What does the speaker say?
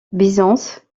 byzance